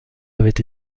avait